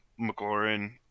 McLaurin